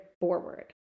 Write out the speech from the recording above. forward